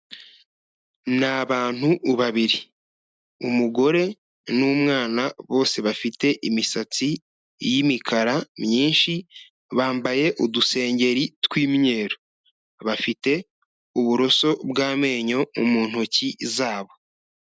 Ni abantu babiri, umugore n'umwana bose bafite imisatsi y'imikara myinshi, bambaye udusengeri tw'imyeru, bafite uburoso bw'amenyo mu ntoki zabo.